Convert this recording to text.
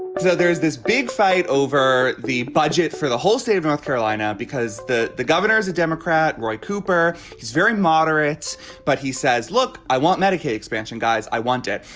so there's this big fight over the budget for the whole state of north carolina because the the governor is a democrat. roy cooper he's very moderate but he says look i want medicaid expansion guys i want it.